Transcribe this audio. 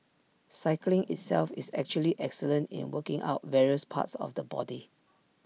cycling itself is actually excellent in working out various parts of the body